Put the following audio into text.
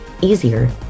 easier